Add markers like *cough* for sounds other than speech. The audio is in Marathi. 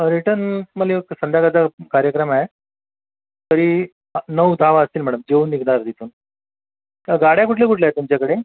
रिटन मला *unintelligible* संध्याकाळचा कार्यक्रम आहे तरी नऊ दहा वाजतील मॅडम जेवून निघणार तिथून गाड्या कुठल्या कुठल्या आहेत तुमच्याकडे